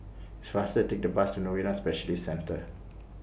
It's faster to Take The Bus to Novena Specialist Centre